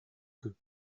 qu’eux